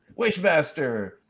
Wishmaster